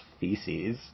feces